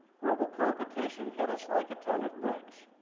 global competition hit us like a ton of bricks.